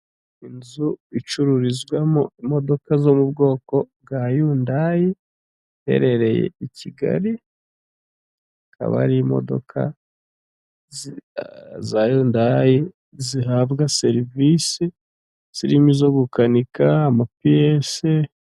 Inzu icururizwamo imodoka zo mu bwoko bwa yundayi iherereye i Kigali ikaba ari imodoka za yundayi zihabwa serivisi zirimo zo gukanika amapiyese.